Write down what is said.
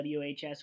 WHS